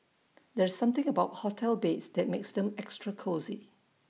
there's something about hotel beds that makes them extra cosy